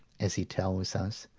as he tells us,